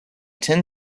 ten